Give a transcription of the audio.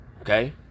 Okay